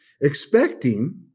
expecting